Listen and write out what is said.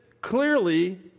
clearly